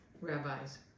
rabbis